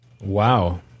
Wow